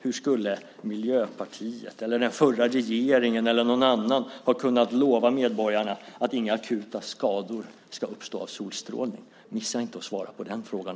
Hur skulle Miljöpartiet, den förra regeringen eller någon annan ha kunnat lova medborgarna att inga akuta skador ska uppstå av solstrålning? Missa inte att svara också på den frågan!